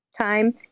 time